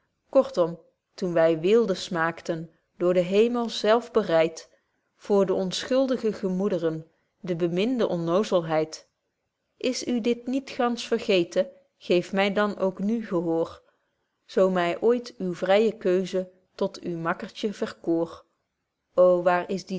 kortom toen wy weelde smaakten door den hemel zelf bereid voor de onschuldige gemoedren der beminde onnozelheid is u dit niet gansch vergeten geef my dan ook nu gehoor zo my ooit uw vrye keuze tot uw makkertje verkoor ô waar is die